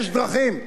יש דרכים.